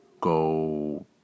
go